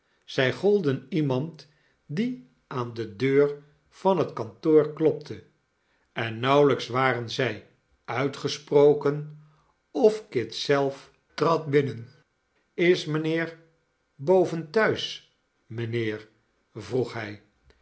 zij golden iemand die aan de deur van het kantoor klopte en nauwelijks waren zij uitgesproken of kit zelf trad binnen is mijnheer boven thuis mijnheer vroeg hij